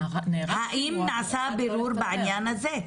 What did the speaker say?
האם נעשה בירור בעניין הזה?